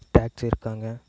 taxi இருக்காங்க